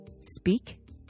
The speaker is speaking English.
Speak